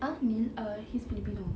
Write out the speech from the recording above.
ah neil uh he's filipino